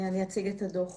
אני אציג את הדוח.